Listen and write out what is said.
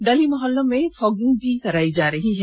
गली मुहल्लों में फॉगिंग भी करायी जा रही है